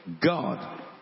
God